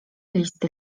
listy